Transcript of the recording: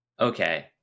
Okay